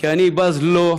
כי אני בז לו,